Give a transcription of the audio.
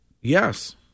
Yes